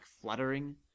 fluttering